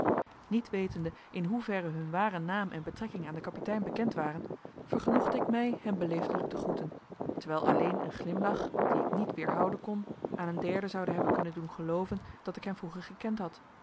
niet wetende in hoeverre hun ware naam en betrekking aan den kapitein bekend waren vergenoegde ik mij hen beleefdelijk te groeten terwijl alleen een glimlach dien ik niet weerhouden kon aan een derde zoude hebben kunnen doen gelooven dat ik hen vroeger gekend had